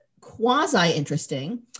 quasi-interesting